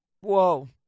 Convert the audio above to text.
whoa